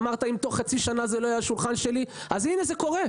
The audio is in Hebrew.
אמרת: אם תוך חצי שנה זה לא יהיה על השולחן שלי אז הנה זה קורה.